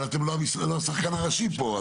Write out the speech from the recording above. אבל אתם לא השחקן הראשי פה.